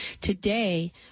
today